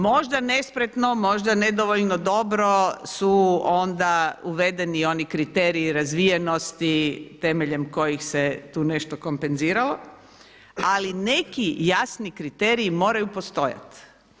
Možda nespretno, možda nedovoljno dobro su onda uvedeni oni kriteriji razvijenosti temeljem kojih se tu nešto kompenziralo ali neki jasni kriteriji moraju postojati.